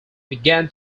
began